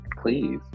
please